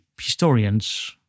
historians